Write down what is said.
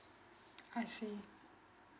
I see